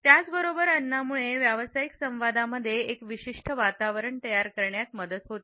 त्याचबरोबर अन्नामुळे व्यावसायिक संवादांमध्ये एक विशिष्ट वातावरण तयार करण्यात मदत होते